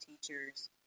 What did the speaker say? teachers